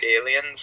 aliens